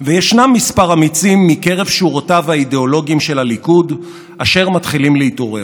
ביקורת המדינה יודע היטב שלא מדובר בשעשוע תיאורטי,